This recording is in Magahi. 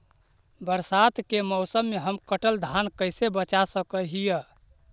बरसात के मौसम में हम कटल धान कैसे बचा सक हिय?